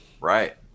Right